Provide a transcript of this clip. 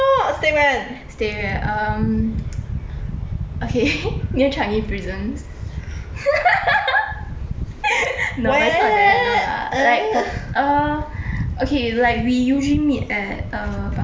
stay where um okay near changi prisons no but it's not that like err okay like we usually meet at err pasir ris there okay